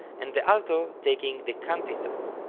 and the alto taking the cantizans.